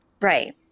right